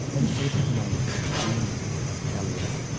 in estimating the humour of elia,